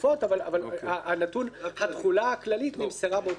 אבל התחולה הכללית נמסרה באותה ישיבה.